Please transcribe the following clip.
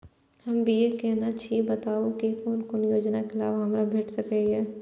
हम बी.ए केनै छी बताबु की कोन कोन योजना के लाभ हमरा भेट सकै ये?